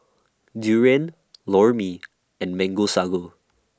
Durian Lor Mee and Mango Sago